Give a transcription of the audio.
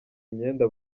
imyenda